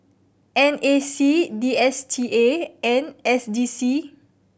N A C D S T A and S D C